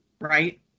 right